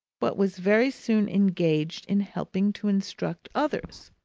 but was very soon engaged in helping to instruct others.